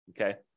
okay